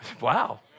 Wow